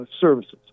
services